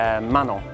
Manon